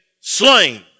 slain